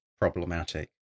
problematic